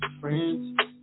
Friends